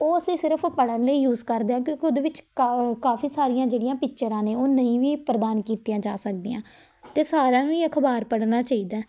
ਉਹ ਅਸੀਂ ਸਿਰਫ਼ ਪੜ੍ਹਨ ਲਈ ਯੂਸ ਕਰਦੇ ਹੈ ਕਿਉਂਕਿ ਉਹਦੇ ਵਿੱਚ ਕਾ ਕਾਫੀ ਸਾਰੀਆਂ ਜਿਹੜੀਆਂ ਪਿਕਚਰਾਂ ਨੇ ਉਹ ਨਹੀਂ ਵੀ ਪ੍ਰਦਾਨ ਕੀਤੀਆਂ ਜਾ ਸਕਦੀਆਂ ਅਤੇ ਸਾਰਿਆਂ ਨੂੰ ਹੀ ਅਖ਼ਬਾਰ ਪੜ੍ਹਨਾ ਚਾਹੀਦਾ